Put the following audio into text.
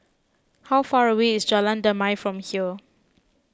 how far away is Jalan Damai from here